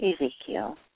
Ezekiel